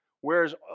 whereas